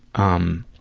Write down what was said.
um,